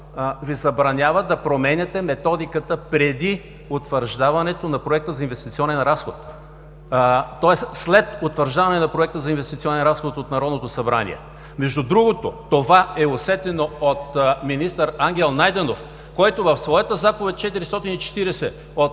Ви забранява да променяте Методиката преди утвърждаването на Проекта за инвестиционен разход, тоест след утвърждаване на Проекта за инвестиционен разход от Народното събрание. Между другото, това е усетено от министър Ангел Найденов, който в своята заповед № 440 от